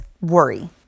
worry